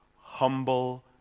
humble